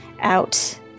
out